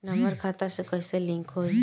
Number खाता से कईसे लिंक होई?